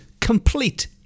complete